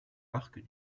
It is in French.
parcs